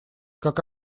как